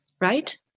right